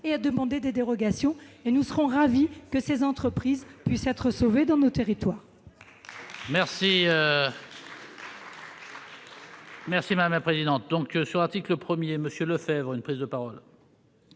pour demander des dérogations. Nous serons ravis qu'elles puissent être sauvées dans nos territoires.